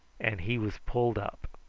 and he was pulled up.